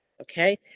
Okay